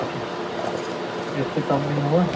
अच्छा इससे कम नहीं होगा